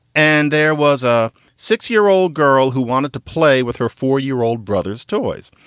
and there was a six year old girl who wanted to play with her four year old brothers toys.